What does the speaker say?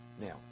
Now